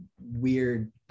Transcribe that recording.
weird